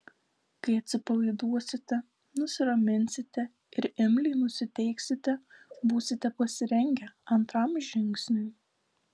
kai atsipalaiduosite nusiraminsite ir imliai nusiteiksite būsite pasirengę antram žingsniui